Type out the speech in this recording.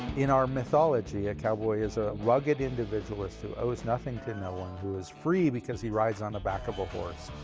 in our mythology, a cowboy is a rugged individualist who owes nothing to no one, who is free because he rides on the back of horse.